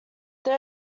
his